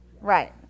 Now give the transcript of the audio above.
Right